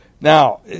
Now